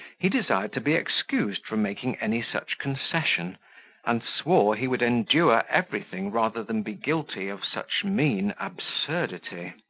he desired to be excused from making any such concession and swore he would endure everything rather than be guilty of such mean absurdity.